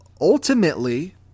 ultimately